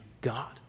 God